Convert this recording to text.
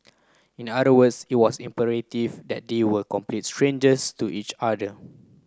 in other words it was imperative that they were complete strangers to each other